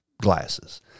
glasses